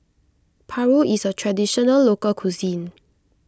Paru is a Traditional Local Cuisine